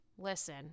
Listen